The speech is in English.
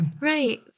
right